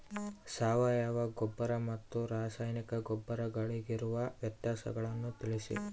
ಸಾವಯವ ಗೊಬ್ಬರ ಮತ್ತು ರಾಸಾಯನಿಕ ಗೊಬ್ಬರಗಳಿಗಿರುವ ವ್ಯತ್ಯಾಸಗಳನ್ನು ತಿಳಿಸಿ?